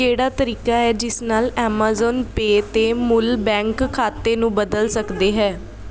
ਕਿਹੜਾ ਤਰੀਕਾ ਹੈ ਜਿਸ ਨਾਲ ਐਮਾਜ਼ਾਨ ਪੇਅ 'ਤੇ ਮੂਲ ਬੈਂਕ ਖਾਤੇ ਨੂੰ ਬਦਲ ਸਕਦੇ ਹੈ